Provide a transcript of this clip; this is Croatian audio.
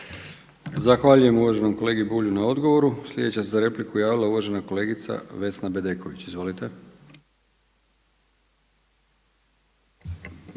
Zahvaljujem uvaženoj kolegici Jelkovac na odgovoru. Sljedeća se za repliku javila uvažena kolegica Vesna Bedeković. Izvolite.